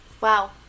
wow